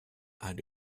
had